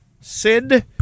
Sid